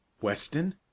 Weston